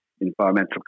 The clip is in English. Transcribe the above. environmental